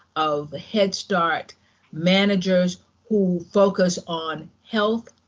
of head start managers who focus on health,